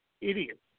idiots